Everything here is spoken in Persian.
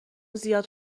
زیاد